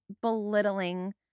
belittling